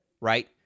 right